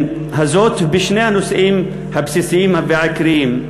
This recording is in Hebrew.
הזאת בשני הנושאים הבסיסיים והעיקריים: